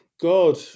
god